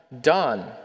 done